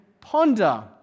ponder